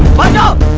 find out?